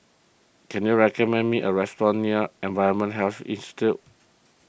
can you recommend me a restaurant near Environmental Health Institute